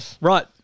Right